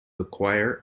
acquire